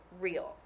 real